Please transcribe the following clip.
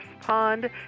Pond